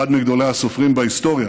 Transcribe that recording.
אחד מגדולי הסופרים בהיסטוריה,